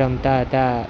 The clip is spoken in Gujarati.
રમતાં હતાં